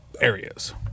areas